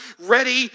ready